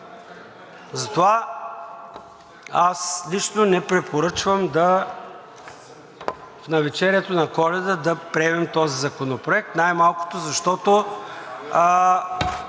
Затова аз лично не препоръчвам, в навечерието на Коледа, да приемем този законопроект, най-малкото защото